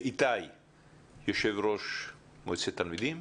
איתי יו"ר מועצת תלמידים.